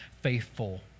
faithful